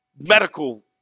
medical